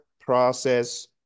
process